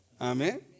Amen